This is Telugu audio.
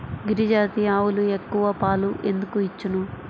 గిరిజాతి ఆవులు ఎక్కువ పాలు ఎందుకు ఇచ్చును?